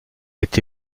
est